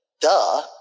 duh